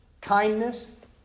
kindness